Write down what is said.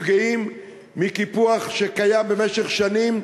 נפגעות מקיפוח שקיים במשך שנים